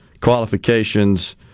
qualifications